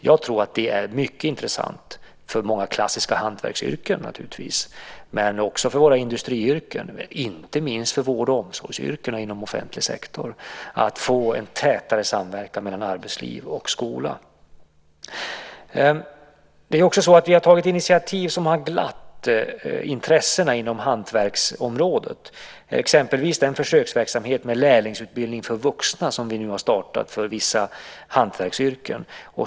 Jag tror att det för många klassiska hantverksyrken, men också för våra industriyrken - och inte minst för vård och omsorgsyrkena inom offentlig sektor - är mycket intressant att få en tätare samverkan mellan arbetsliv och skola. Vi har också tagit initiativ som glatt intressena inom hantverksområdet. Det gäller exempelvis den försöksverksamhet med lärlingsutbildning för vuxna som vi startat för vissa hantverksyrken.